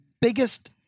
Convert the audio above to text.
biggest